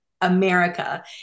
America